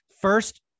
First